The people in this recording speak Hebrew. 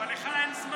אבל לך אין זמן.